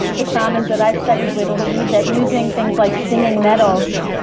the shamans that i've studied with believe that using things like stinging nettles,